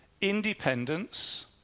independence